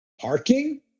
parking